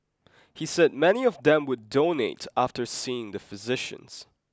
he said many of them would donate after seeing the physicians